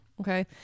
Okay